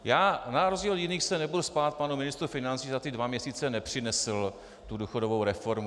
Já na rozdíl od jiných se nebudu smát panu ministrovi financí, že za ty dva měsíce nepřinesl důchodovou reformu.